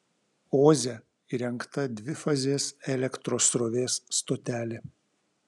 oze įrengta dvifazės elektros srovės stotelė